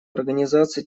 организации